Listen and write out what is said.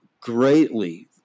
greatly